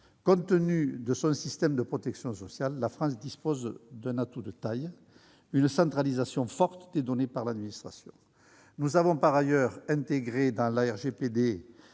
compte tenu de son système de protection sociale, la France dispose d'un atout de taille : une centralisation forte des données par l'administration. Nous avons par ailleurs intégré le